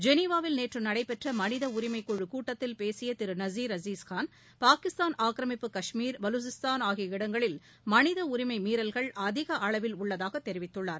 ஜெனிவாவில் நேற்றுநடைபெற்றமனிதஉரிமை குழு கூட்டத்தில் பேசியதிருநசீர் ஆசிஸ்கான் பாகிஸ்தான் ஆக்கரமிப்பு காஷ்மீர் பலுசிஸ்தான் ஆகிய இடங்களில் மனிதஉரிமைமீறல்கள் அதிகஅளவில் உள்ளதாகதெரிவித்துள்ளார்